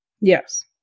Yes